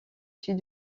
sud